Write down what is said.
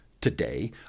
today